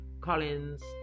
Collins